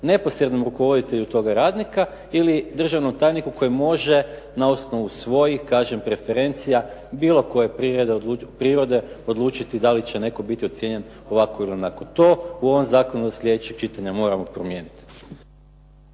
neposrednom rukovoditelju toga radnika ili državnom tajniku koji može na osnovu svojih kažem, referencija bilo koje prirode odlučiti da li će netko biti ocijenjen ovako ili onako, to u ovom zakonu do slijedećeg pitanja moramo promijeniti.